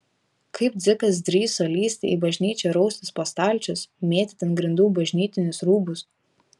kaip dzikas drįso lįsti į bažnyčią raustis po stalčius mėtyti ant grindų bažnytinius rūbus